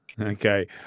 Okay